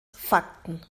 fakten